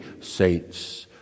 saints